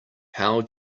how